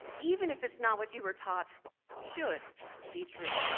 even if it's not what you were taught should be true.